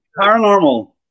paranormal